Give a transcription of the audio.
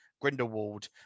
Grindelwald